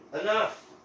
Enough